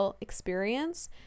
experience